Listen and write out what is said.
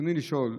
ברצוני לשאול,